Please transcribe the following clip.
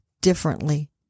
differently